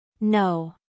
No